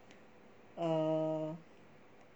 err